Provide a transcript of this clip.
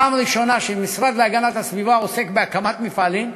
פעם ראשונה שהמשרד להגנת הסביבה עוסק בהקמת מפעלים.